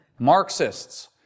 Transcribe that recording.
Marxists